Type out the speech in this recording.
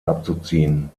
abzuziehen